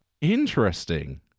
Interesting